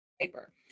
paper